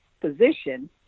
position